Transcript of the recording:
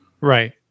Right